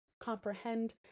comprehend